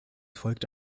folgte